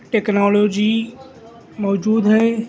technology موجود ہے